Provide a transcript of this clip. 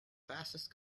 fastest